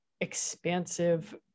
expansive